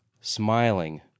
smiling